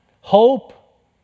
hope